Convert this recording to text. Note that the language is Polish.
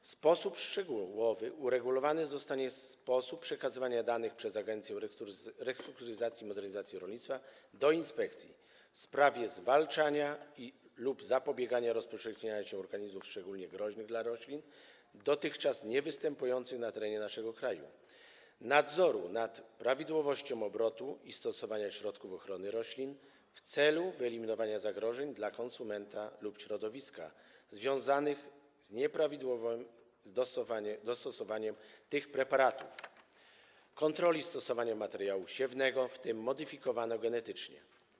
W sposób szczegółowy uregulowany zostanie sposób przekazywania danych przez Agencję Restrukturyzacji i Modernizacji Rolnictwa do inspekcji w sprawie zwalczania lub zapobiegania rozpowszechnianiu się organizmów szczególnie groźnych dla roślin, dotychczas niewystępujących na terenie naszego kraju, nadzoru nad prawidłowością obrotu i stosowania środków ochrony roślin w celu wyeliminowania zagrożeń dla konsumentów lub środowiska związanych z nieprawidłowym stosowaniem tych preparatów, kontroli stosowania materiału siewnego, w tym modyfikowanego genetycznie.